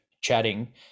chatting